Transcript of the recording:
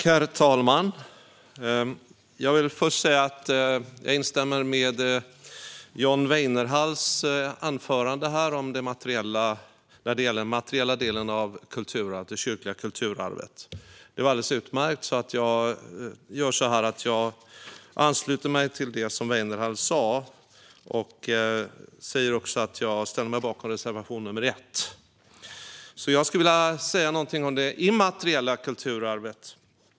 Herr talman! Jag instämmer i John Weinerhalls anförande om den materiella delen av det kyrkliga kulturarvet. Det var alldeles utmärkt, och jag ansluter mig därför till det han sa. Jag ställer mig också bakom reservation nr 1. I stället vill jag säga något om det immateriella kulturarvet.